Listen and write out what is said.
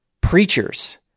preachers